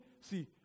See